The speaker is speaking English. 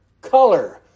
color